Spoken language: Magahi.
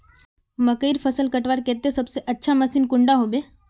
मकईर फसल कटवार केते सबसे अच्छा मशीन कुंडा होबे?